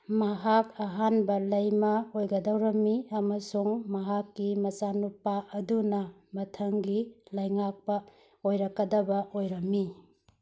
ꯃꯍꯥꯛ ꯑꯍꯥꯟꯕ ꯂꯩꯃ ꯑꯣꯏꯒꯗꯧꯔꯝꯃꯤ ꯑꯃꯁꯨꯡ ꯃꯍꯥꯛꯀꯤ ꯃꯆꯥ ꯅꯨꯄꯥ ꯑꯗꯨꯅ ꯃꯊꯪꯒꯤ ꯂꯩꯉꯥꯛꯄ ꯑꯣꯏꯔꯛꯀꯗꯕ ꯑꯣꯏꯔꯝꯃꯤ